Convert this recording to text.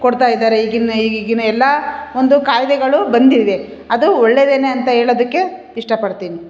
ಕೊಡ್ತಾ ಇದ್ದಾರೆ ಈಗಿನ ಈಗ ಈಗಿನ ಎಲ್ಲ ಒಂದು ಕಾಯ್ದೆಗಳು ಬಂದಿವೆ ಅದು ಒಳ್ಳೆದೇ ಅಂತ ಹೇಳೋದಿಕ್ಕೆ ಇಷ್ಟಪಡ್ತೀನಿ